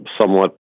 somewhat